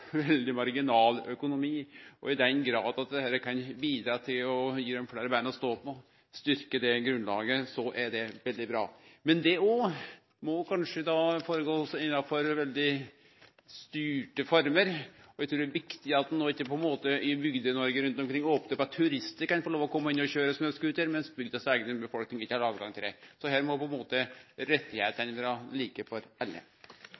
grad dette kan bidra til å gi han fleire bein å stå på – styrkje det grunnlaget – er det veldig bra. Kanskje det òg må gå føre seg i veldig styrte former, og eg trur det er viktig at ein rundt omkring i Bygde-Noreg ikkje opnar for at turistar kan få kome inn og køyre snøscooter, mens bygdas eiga befolkning ikkje har høve til det. Her må